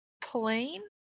plane